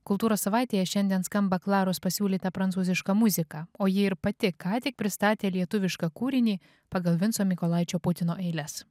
kultūros savaitėje šiandien skamba klaros pasiūlyta prancūziška muzika o ji ir pati ką tik pristatė lietuvišką kūrinį pagal vinco mykolaičio putino eiles